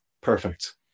perfect